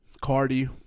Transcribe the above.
Cardi